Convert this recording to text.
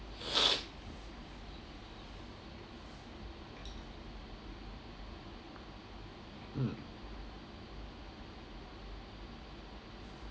mm